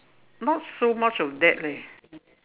not so much of that leh